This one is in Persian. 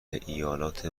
ایالات